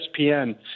ESPN